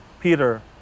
Peter